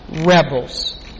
rebels